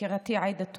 יקירתי עאידה תומא,